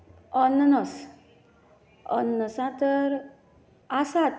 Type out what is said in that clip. अननस अननसां तर आसात